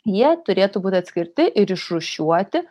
jie turėtų būt atskirti ir išrūšiuoti